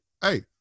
Hey